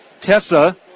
Tessa